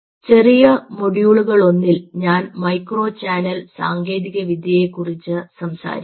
ചെറിയ മൊഡ്യൂളുകളിലൊന്നിൽ ഞാൻ മൈക്രോ ചാനൽ സാങ്കേതികവിദ്യയെക്കുറിച്ച് സംസാരിക്കാം